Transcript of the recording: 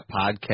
Podcast